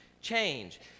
change